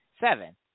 seven